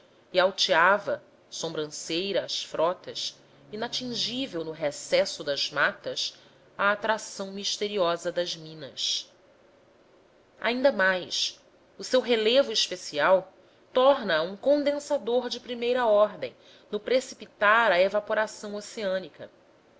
e alteava sobranceira às frotas intangível no recesso das matas a atração misteriosa das minas ainda mais o seu relevo especial torna a um condensador de primeira ordem no precipitar a evaporação oceânica